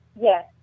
yes